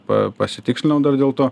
pa pasitikslinau dar dėl to